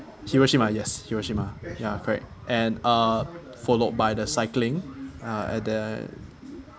hiroshima yes hiroshima ya correct and uh followed by the cycling uh at the